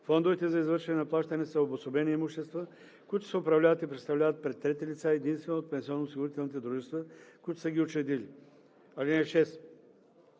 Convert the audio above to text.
Фондовете за извършване на плащания са обособени имущества, които се управляват и представляват пред трети лица единствено от пенсионноосигурителните дружества, които са ги учредили. (6)